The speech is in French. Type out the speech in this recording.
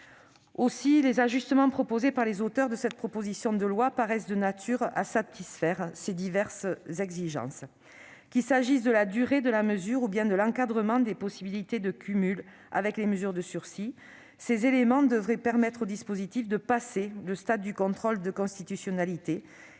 Aussi les ajustements proposés par les auteurs de cette proposition de loi paraissent-ils de nature à satisfaire ces diverses exigences. Qu'il s'agisse de la durée de la mesure ou bien de l'encadrement des possibilités de cumul avec les mesures de sursis, ces éléments devraient permettre au dispositif de passer le stade du contrôle de constitutionnalité